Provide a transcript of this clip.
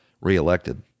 reelected